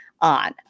on